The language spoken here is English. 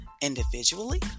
individually